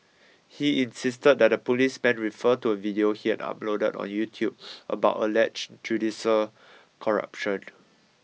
he insisted that the policemen refer to a video he had uploaded on YouTube about alleged judicial corruption